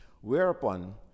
whereupon